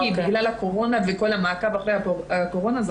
בגלל הקורונה וכל המעקב אחרי הקורונה אנחנו